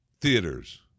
Theaters